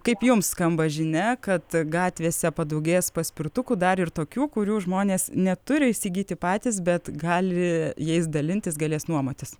kaip jums skamba žinia kad gatvėse padaugės paspirtukų dar ir tokių kurių žmonės neturi įsigyti patys bet gali jais dalintis galės nuomotis